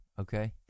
okay